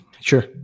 sure